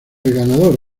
ganador